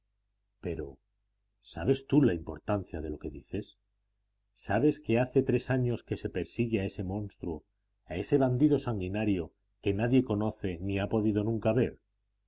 pero sabes tú la importancia de lo que dices sabes que hace tres años que se persigue a ese monstruo a ese bandido sanguinario que nadie conoce ni ha podido nunca ver